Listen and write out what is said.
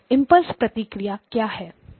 impulse प्रतिक्रिया क्या है